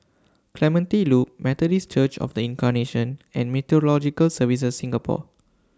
Clementi Loop Methodist Church of The Incarnation and Meteorological Services Singapore